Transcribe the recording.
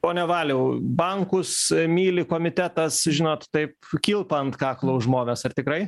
pone valiau bankus myli komitetas žinot taip kilpą ant kaklo užmovęs ar tikrai